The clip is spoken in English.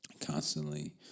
constantly